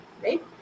right